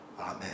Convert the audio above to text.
Amen